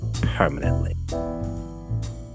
Permanently